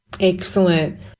Excellent